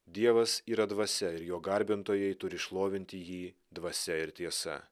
dievas yra dvasia ir jo garbintojai turi šlovinti jį dvasia ir tiesa